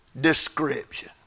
description